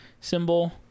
symbol